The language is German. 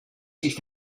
sich